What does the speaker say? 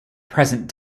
present